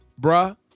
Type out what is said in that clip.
Bruh